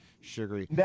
sugary